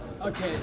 Okay